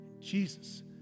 Jesus